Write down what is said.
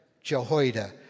Jehoiada